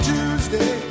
Tuesday